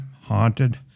Haunted